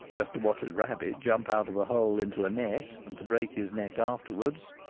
just to watch a rabbit jump out of a hole into a net, and to break his neck afterwards.